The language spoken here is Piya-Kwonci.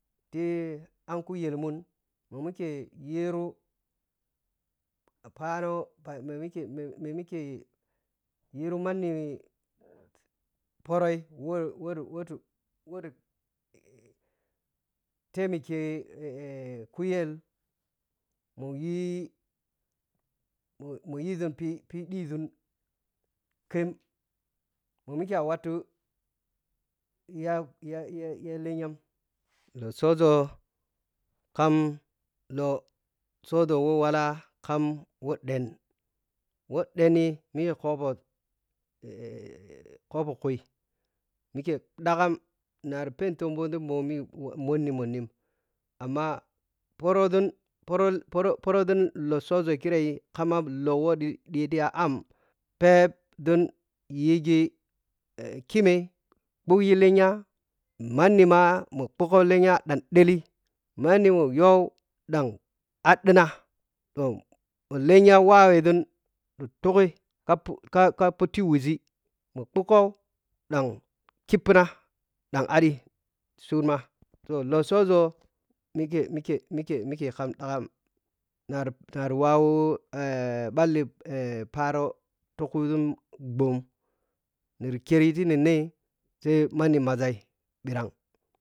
Ti ankugelmun mummike yiru pano pa mammike memike yiro mann porroi wo wutti- wo wutti wo wutti taimige kuyel muyi-mu-yi muyi-mu-yi, ȝun fi ɓi ɗi ȝun mommike a watun ya ya-ya lenyama lotsoza kam lotsoȝo wo wala kam wo ɗen wo ɗen mike kobo kobo kui mike ɗigam nari penitsummozun njomin monni-monni amma porozun poro-poro porozun latsozo kyirei kamma lowe ɗi-ɗiti ya amm pepȝun yiki kime ɓukji lenya manima ɓugo lenya ɗam ɗeli manni poyo ɓhag aɗina to lenya lenya waweȝun tugui ka-ka puti wuȝi mo ɓuko ɗan kipina dan aɗi sunma lotsoȝo mike-mike-mike mike kam ɗagham nari-nani wawo ɓali paro ti kuȝzungboo niri kyeri ti nennei sai manni maȝai birhag.